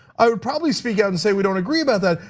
i would probably speak out and say we don't agree about that,